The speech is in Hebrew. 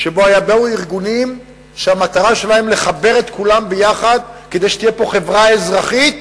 באו ארגונים שהמטרה שלהם לחבר את כולם יחד כדי שתהיה פה חברה אזרחית,